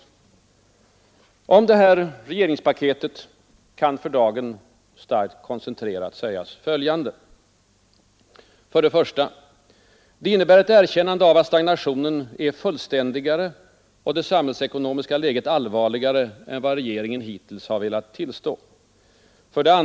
Om detta regeringens paket kan för dagen — starkt koncentrerat — sägas följande. 1. Det innebär ett erkännande av att stagnationen är fullständigare och det samhällsekonomiska läget allvarligare än vad regeringen hittills har velat tillstå. 2.